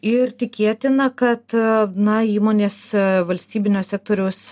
ir tikėtina kad na įmonės valstybinio sektoriaus